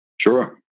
Sure